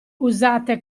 usate